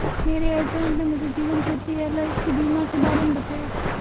मेरे एजेंट ने मुझे जीवन ज्योति एल.आई.सी बीमा के बारे में बताया